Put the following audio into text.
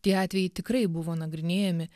tie atvejai tikrai buvo nagrinėjami